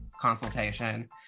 consultation